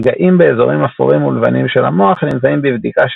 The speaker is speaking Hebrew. נגעים באזורים אפורים ולבנים של המוח נמצאים בבדיקה